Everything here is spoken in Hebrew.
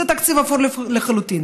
זה תקציב אפור לחלוטין.